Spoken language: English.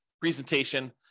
presentation